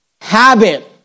Habit